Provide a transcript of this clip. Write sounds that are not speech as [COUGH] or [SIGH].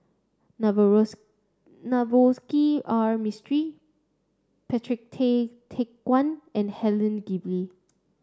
[UNINTELLIGIBLE] Navroji R Mistri Patrick Tay Teck Guan and Helen Gilbey